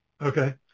Okay